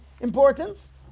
importance